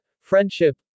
Friendship